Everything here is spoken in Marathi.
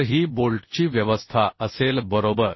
तर ही बोल्टची व्यवस्था असेल बरोबर